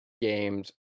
games